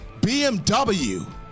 bmw